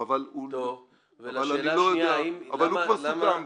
אבל אני לא יודע, אבל הוא כבר סוכם.